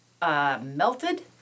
Melted